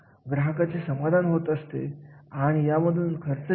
एखाद्या विशिष्ट प्रकारचे कार्य जर कामगारांनी स्वीकारले तर